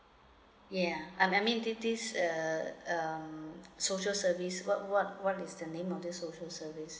ya I I mean this this uh um social service what what what is the name of this social service